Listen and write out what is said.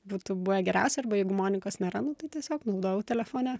būtų buvę geriausia arba jeigu monikos nėra nu tai tiesiog naudojau telefone